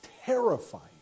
Terrifying